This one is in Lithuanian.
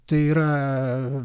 tai yra